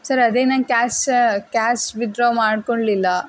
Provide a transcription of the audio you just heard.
sir ಅದೇ ನಂಗೆ cash cash withdraw ಮಾಡಿಕೊಂಡ್ಲಿಲ್ಲ